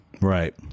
Right